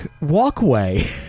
walkway